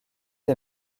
des